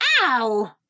Ow